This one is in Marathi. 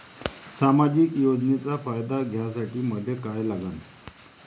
सामाजिक योजनेचा फायदा घ्यासाठी मले काय लागन?